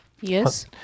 Yes